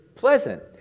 Pleasant